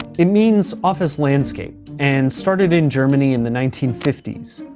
it means office landscape, and started in germany in the nineteen fifty s.